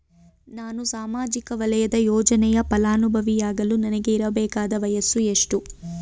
ನಾನು ಸಾಮಾಜಿಕ ವಲಯದ ಯೋಜನೆಯ ಫಲಾನುಭವಿ ಯಾಗಲು ನನಗೆ ಇರಬೇಕಾದ ವಯಸ್ಸು ಎಷ್ಟು?